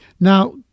now